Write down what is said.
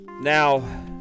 now